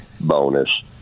bonus